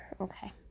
Okay